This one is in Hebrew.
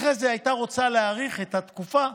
ואחרי זה הייתה רוצה להאריך את התקופה,